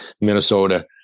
Minnesota